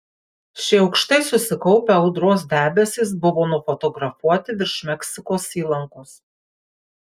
šie aukštai susikaupę audros debesys buvo nufotografuoti virš meksikos įlankos